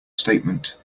statement